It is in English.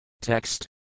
Text